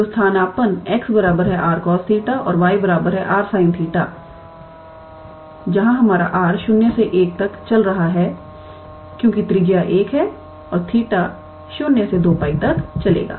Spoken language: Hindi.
तो स्थानापन्न 𝑥 𝑟 cos 𝜃 और 𝑦 𝑟 sin 𝜃 जहाँ हमारा r 0 से 1 तक चल रहा है क्योंकि त्रिज्या 1 है और 𝜃 0 से 2𝜋 तक चलेगा